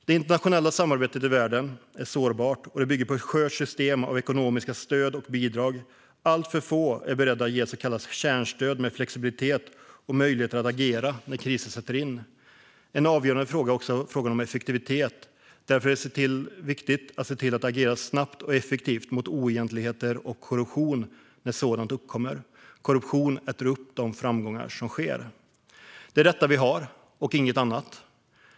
Det internationella samarbetet i världen är sårbart och bygger på ett skört system av ekonomiska stöd och bidrag. Alltför få är beredda att ge så kallat kärnstöd med flexibilitet och möjlighet att agera när kriser sätter in. En avgörande fråga är också den om effektivitet. Därför är det viktigt att se till att agera snabbt och effektivt mot oegentligheter och korruption när sådant uppkommer. Korruption äter upp de framgångar som sker. Det är detta vi har - inget annat.